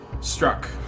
struck